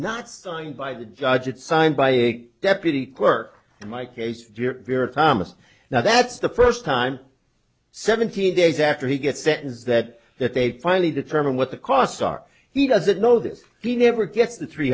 not signed by the judge it's signed by a deputy quirk in my case dear thomas now that's the first time seventeen days after he gets sentenced that that they finally determine what the costs are he doesn't know this he never gets the three